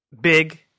big